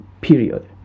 Period